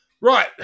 Right